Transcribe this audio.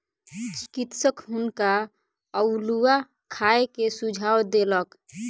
चिकित्सक हुनका अउलुआ खाय के सुझाव देलक